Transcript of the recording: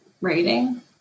rating